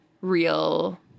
real